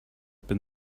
been